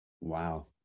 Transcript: Wow